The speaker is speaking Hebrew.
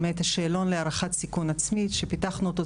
שאלון להערכת סיכון עצמית שפיתחנו אותו,